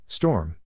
Storm